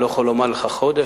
אני לא יכול לומר לך חודש,